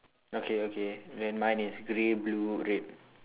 okay okay then mine is grey blue red